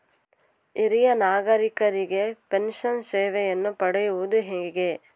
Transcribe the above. ಹಿರಿಯ ನಾಗರಿಕರಿಗೆ ಪೆನ್ಷನ್ ಸೇವೆಯನ್ನು ಪಡೆಯುವುದು ಹೇಗೆ?